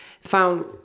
found